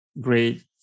Great